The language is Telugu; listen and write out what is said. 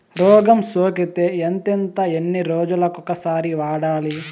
రోగం సోకితే ఎంతెంత ఎన్ని రోజులు కొక సారి వాడాలి?